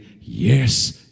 yes